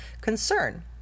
concern